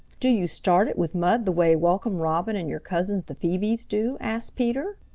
do you start it with mud the way welcome robin and your cousins, the phoebes, do? asked peter.